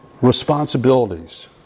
responsibilities